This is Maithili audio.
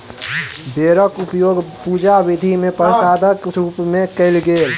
बेरक उपयोग पूजा विधि मे प्रसादक रूप मे कयल गेल